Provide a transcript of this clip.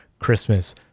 Christmas